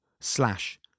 slash